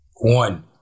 one